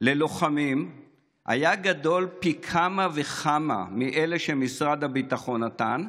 ללוחמים היה גדול פי כמה וכמה מזה שמשרד הביטחון נתן,